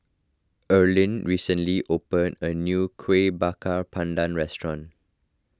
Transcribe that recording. Erline recently opened a new Kuih Bakar Pandan restaurant